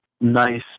nice